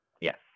Yes